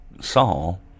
Saul